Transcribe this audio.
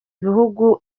ibihugu